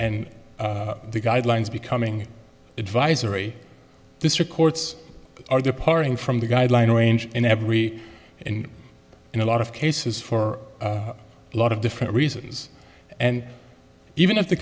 and the guidelines becoming advisory this records are departing from the guideline range in every in in a lot of cases for a lot of different reasons and even if the